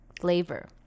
flavor